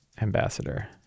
ambassador